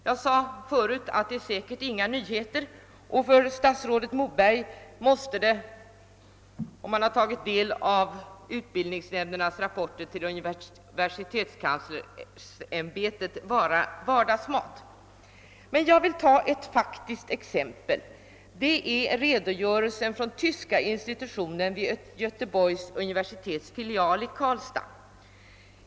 Jag sade förut att detta säkerligen inte är några nyheter, och för statsrådet Moberg måste det — om han har tagit del av utbildningsnämndernas rapporter till universitetskanslersämbetet — vara vardagsmat. Jag vill emellertid ta ett faktiskt exempel, nämligen en redogörelse från tyska institutionen vid Göteborgs universitets filial i Karlstad.